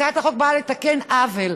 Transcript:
הצעת החוק באה לתקן עוול.